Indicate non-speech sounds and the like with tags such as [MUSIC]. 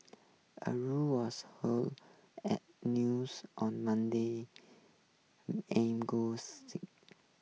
a rule was hold at news on Monday aim good [UNINTELLIGIBLE]